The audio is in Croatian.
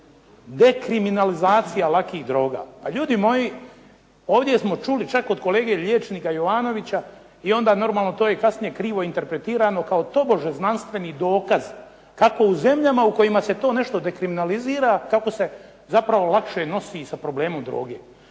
dekriminalizacija lakih droga, pa ljudi moji ovdje smo čuli čak od kolege liječnika Jovanovića i onda normalno to je kasnije krivo interpretirano kao tobože znanstveni dokaz kako u zemljama u kojima se to nešto dekriminalizira, kako se zapravo lakše nosi i sa problemom droge.